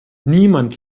niemand